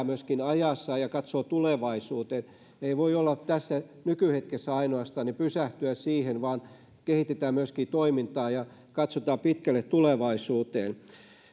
myöskin ajassa ja katsoo tulevaisuuteen ei voi olla tässä nykyhetkessä ainoastaan ja pysähtyä siihen vaan kehitetään myöskin toimintaa ja katsotaan pitkälle tulevaisuuteen